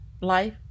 Life